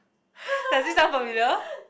does it sound familiar